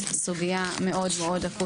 להיות חופשיים בלי שאף אדם ישפוט